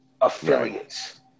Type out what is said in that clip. affiliates